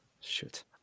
Shoot